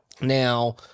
Now